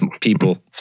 people